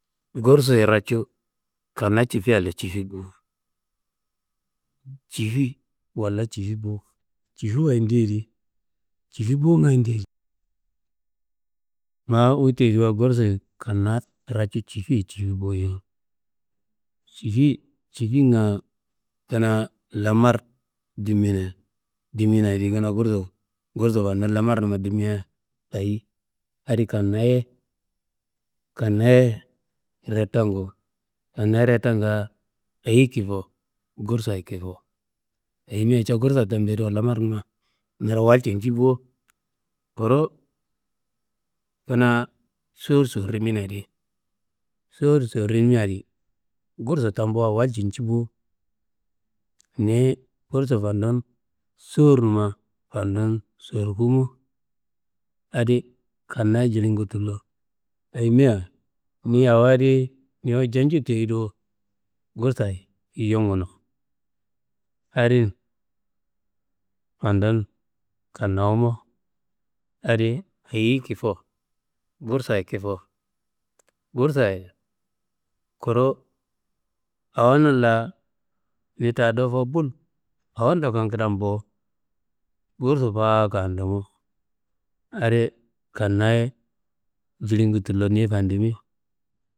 Gursuyi racu kanna cifi walla cifi bo, cifi walla cifi bo? Cifiwa ye ndedi cifi bo nga- ye ndedi? Maa wutiyediwa gursuyi racu kanna cifi ye, cifi bo- ye. Cifinga kanaa lamar dimina, diminayedi. Kanaa gursu fandumu lamarnuma dimme, ayi adi kannaye retangu, kannaye retanga ayi kifo gursayi kifo ayimea ca gursa tambuyediwa lamarnumma niro walcu njibo. Kuru kanaa sowur sowuriminayedi, sowur sowurmiadi, gursu tambua niro wallcu njibo. Niyi gursu fandum, sowurnuma fandum sowurkumo adi, kanaa jilingu tullo, ayime niyi awo adi niwa jenju tei do, gursayi yunguno. Adin fandun kanawumo adi ayi kifo gursayi kifo, gusayi kuru awanumla nyi daa dowofo bul, awo ndokon kadam bo. Gursu faa kandumo adi kannaye jilingu tullo niyi fandimi.